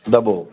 दॿो